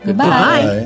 Goodbye